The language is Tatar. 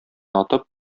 атып